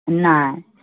नहि